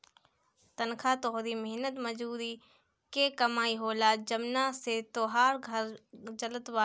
तनखा तोहरी मेहनत मजूरी के कमाई होला जवना से तोहार घर चलत बाटे